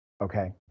okay